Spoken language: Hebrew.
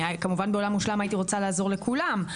כמובן בעולם מושלם הייתי רוצה לעזור לכולם,